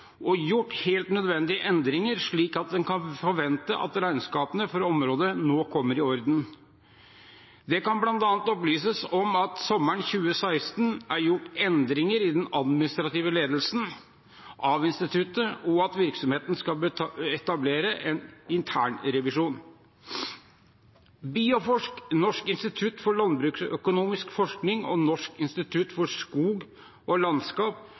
og gjort helt nødvendige endringer, slik at en kan forvente at regnskapene for området nå kommer i orden. Det kan bl.a. opplyses om at det sommeren 2016 er gjort endringer i den administrative ledelsen av instituttet, og at virksomheten skal etablere en internrevisjon. Bioforsk, Norsk institutt for landbruksøkonomisk forskning og Norsk institutt for skog og landskap